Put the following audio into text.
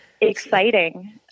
exciting